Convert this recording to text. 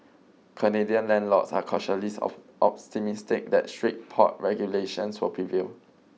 Canadian landlords are cautiously of optimistic that strict pot regulations will prevail